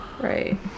Right